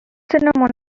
cinnamon